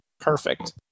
Perfect